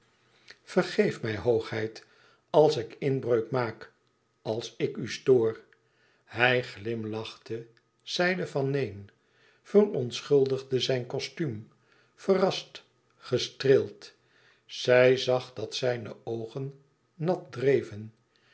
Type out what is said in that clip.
vergeef mij hoogheid als ik inbreuk maak als ik u stoor hij glimlachte zeide van neen verontschuldigde zijn kostuum verrast gestreeld zij zag dat zijne oogen nat dreven